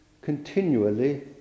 continually